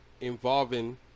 Involving